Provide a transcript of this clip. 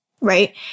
right